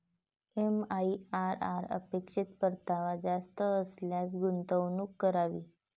MIRR अपेक्षित परतावा जास्त असल्यास गुंतवणूक करावी